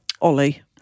Ollie